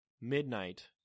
midnight